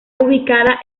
ubicada